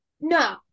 no